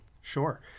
Sure